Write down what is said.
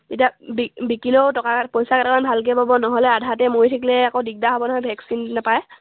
এতিয়া বিকিলেও টকা পইচাকেইটামান ভালকৈ পাব নহ'লে আধাতে মৰি থাকিলে আকৌ দিগদাৰ হ'ব নহয় ভেকচিন নাপায়